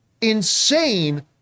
insane